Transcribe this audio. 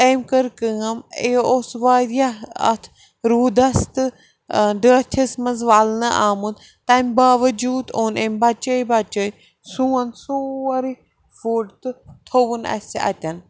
أمۍ کٔر کٲم یہِ اوس وارِیاہ اتھ روٗدس تہٕ ڈٲٹھِس منٛز ولنہٕ آمُت تَمہِ باوَجوٗد اوٚن أمۍ بچٲے بچٲے سون سورُے فُڈ تہٕ تھوٚوُن اَسہِ اَتٮ۪ن